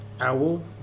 Owl